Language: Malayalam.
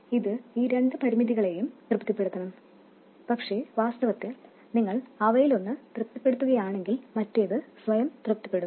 ഇത് ഈ രണ്ട് പരിമിതികളെയും തൃപ്തിപ്പെടുത്തണം പക്ഷേ വാസ്തവത്തിൽ നിങ്ങൾ അവയിലൊന്ന് തൃപ്തിപ്പെടുത്തുകയാണെങ്കിൽ മറ്റേത് സ്വയം തൃപ്തിപ്പെടും